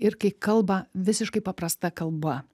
ir kai kalba visiškai paprasta kalba